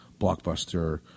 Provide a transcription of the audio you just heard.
blockbuster-